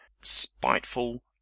spiteful